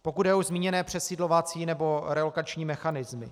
Pokud jde o už zmíněné přesídlovací nebo relokační mechanismy.